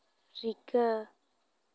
ᱨᱤᱠᱟᱹ